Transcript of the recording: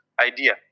idea